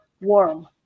warm